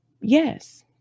Yes